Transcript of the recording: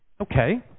Okay